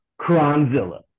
Kronzilla